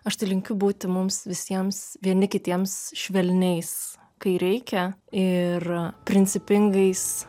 aš tai linkiu būti mums visiems vieni kitiems švelniais kai reikia ir principingais